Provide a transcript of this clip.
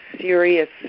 serious